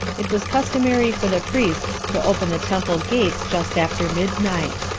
it was customary for the priests to open the temple-gates just after midnight.